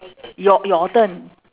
your your turn